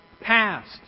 passed